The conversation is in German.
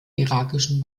irakischen